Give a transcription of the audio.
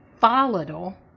volatile